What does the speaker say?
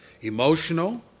emotional